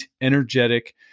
energetic